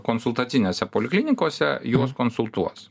konsultacinėse poliklinikose juos konsultuos